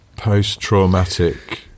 post-traumatic